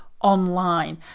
online